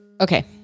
Okay